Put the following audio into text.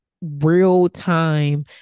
real-time